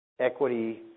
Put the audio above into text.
equity